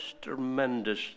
tremendous